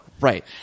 Right